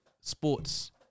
Sports